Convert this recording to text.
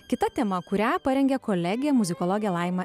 kita tema kurią parengė kolegė muzikologė laima